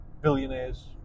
billionaires